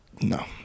No